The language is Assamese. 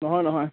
নহয় নহয়